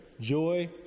joy